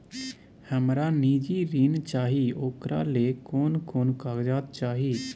हमरा निजी ऋण चाही ओकरा ले कोन कोन कागजात चाही?